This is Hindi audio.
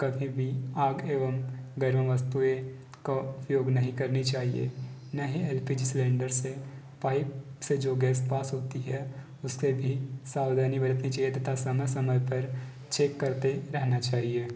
कभी भी आग एवं गर्म वस्तुएँ को उपयोग नहीं करनी चाहिए नहीं एल पी जी सिलेंडर से पाइप से जो गैस पास होती है उससे भी सावधानी बरतनी चाहिए तथा समय समय पर चेक करते रहना चाहिए